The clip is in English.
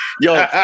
yo